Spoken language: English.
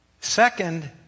Second